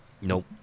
Nope